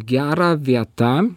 gera vieta